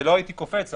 ולא הייתי קופץ,